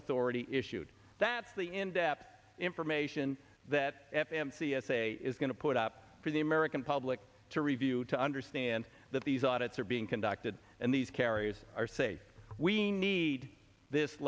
authority issued that's the in depth information that f m c essay is going to put up for the american public to review to understand that these audits are being conducted and these carriers are say we need this